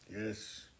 Yes